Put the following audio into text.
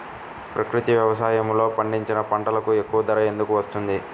ప్రకృతి వ్యవసాయములో పండించిన పంటలకు ఎక్కువ ధర ఎందుకు వస్తుంది?